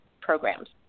programs